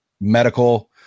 medical